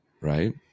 right